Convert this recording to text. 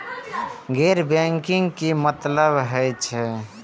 गैर बैंकिंग के की मतलब हे छे?